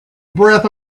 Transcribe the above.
breath